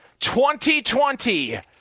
2020